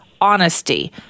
honesty